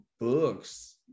books